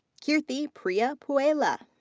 keerthi priya pullela.